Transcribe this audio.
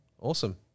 Awesome